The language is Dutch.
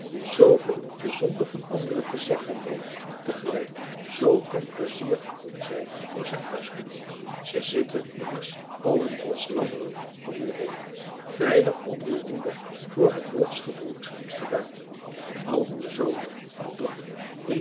die zooveel op de zonden van anderen te zeggen weet tegelijk zoo onpleizierig kon zijn voor zijn huisgenooten ze zitten immers allen als lammeren om u heen veilig onder uw hoede voor het wolfsgebroed daar buiten al uw zonen en dochteren